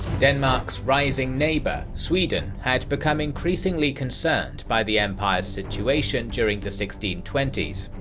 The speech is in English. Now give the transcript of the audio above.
denmark's rising neighbor sweden, had become increasingly concerned by the empire's situation during the sixteen twenty s.